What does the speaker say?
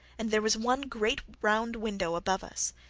and there was one great round window above us,